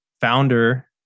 founder